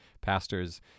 pastors